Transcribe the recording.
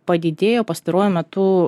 padidėjo pastaruoju metu